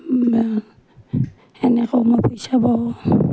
সেনেকৈও মই পইচা পাওঁ